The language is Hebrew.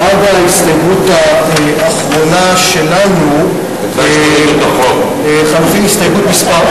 ההסתייגויות לפני סעיף 1. לסעיף 1 יש לחבר הכנסת חנין הסתייגות.